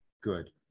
good